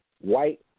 white